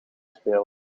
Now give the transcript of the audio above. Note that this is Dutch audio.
spelen